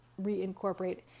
reincorporate